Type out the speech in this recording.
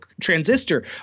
transistor